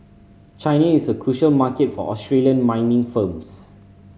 China is a crucial market for Australian mining firms